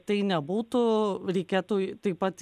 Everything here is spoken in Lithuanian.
tai nebūtų reikėtų taip pat